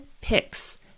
picks